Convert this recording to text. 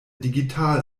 digital